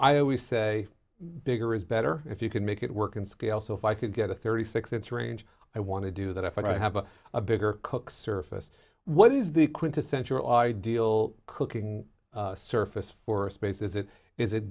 i always say bigger is better if you can make it work in scale so if i could get a thirty six that's range i want to do that if i have a bigger cook surface what is the quintessential ideal cooking surface for space is it is it